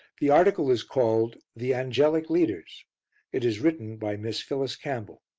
the article is called the angelic leaders it is written by miss phyllis campbell.